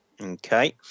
Okay